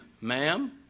ma'am